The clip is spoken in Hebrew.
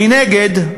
מנגד,